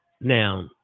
now